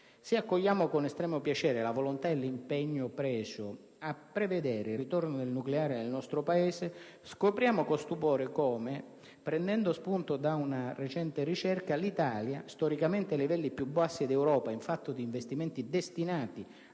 Se accogliamo con estremo piacere la volontà e l'impegno preso a prevedere il ritorno del nucleare nel nostro Paese, scopriamo con stupore come, prendendo spunto da una recente ricerca, l'Italia, storicamente ai livelli più bassi d'Europa in fatto di investimenti destinati